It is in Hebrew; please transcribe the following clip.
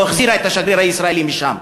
או החזירה את השגריר הישראלי משם.